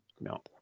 no